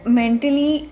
mentally